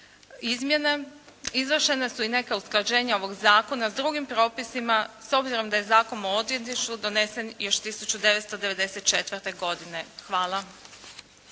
izmjene izvršena su i neka usklađenja ovog zakona s drugim propisima, s obzirom da je Zakon o odvjetništvu donesen još 1994. godine. Hvala.